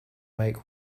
make